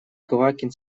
квакин